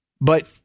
But-